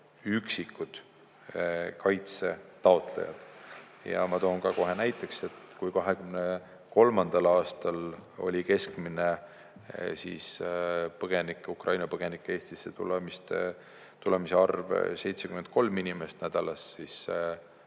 üksikud kaitse taotlejad. Ma toon kohe näiteks, et kui 2023. aastal oli keskmine Ukraina põgenike Eestisse tulemise arv 73 inimest nädalas, siis